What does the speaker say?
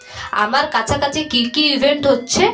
আমার কাছাকাছি কী কী ইভেন্ট হচ্ছে